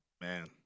man